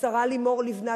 השרה לימור לבנת,